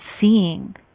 seeing